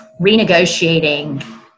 renegotiating